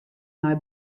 nei